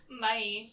Bye